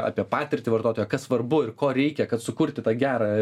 apie patirtį vartotojo kas svarbu ir ko reikia kad sukurti tą gerą